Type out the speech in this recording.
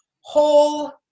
whole